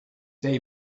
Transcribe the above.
they